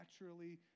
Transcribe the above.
naturally